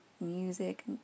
music